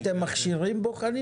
אתם מכשירים בוחנים?